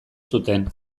zuten